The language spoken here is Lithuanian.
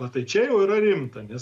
va tai čia jau yra rimta nes